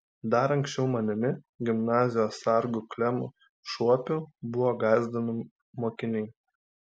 dar anksčiau manimi gimnazijos sargu klemu šuopiu buvo gąsdinami mokiniai